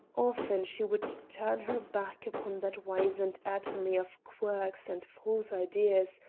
often she would turn her back upon that wizened atomy of quirks and false ideals,